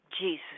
Jesus